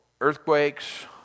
earthquakes